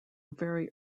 very